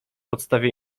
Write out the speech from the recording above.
podstawie